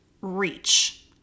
reach